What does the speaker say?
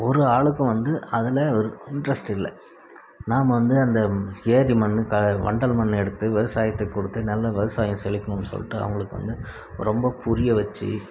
ஒரு ஆளுக்கும் வந்து அதில் இன்ட்ரெஸ்ட் இல்லை நாம் வந்து அந்த ஏரி மண் வண்டல் மண்ணை எடுத்து விவசாயத்துக்கு கொடுத்து நல்ல விவசாயம் செழிக்கணும்ன்னு சொல்லிட்டு அவங்களுக்கு வந்து ரொம்ப புரிய வச்சு